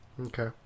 Okay